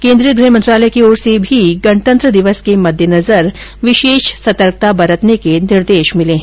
केन्द्रीय गृह मंत्रालय की ओर से भी गणतंत्र दिवस के मद्देनजर विशेष सतर्कता के निर्देश मिले है